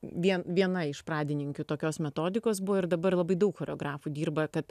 vien viena iš pradininkių tokios metodikos buvo ir dabar labai daug choreografų dirba tad